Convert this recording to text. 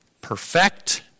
perfect